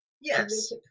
yes